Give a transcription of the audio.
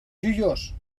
joiós